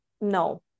no